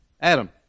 Adam